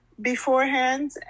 beforehand